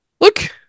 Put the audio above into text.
look